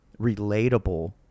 relatable